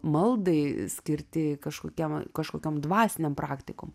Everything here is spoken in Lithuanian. maldai skirti kažkokiam kažkokiom dvasinėm praktikom